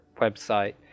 website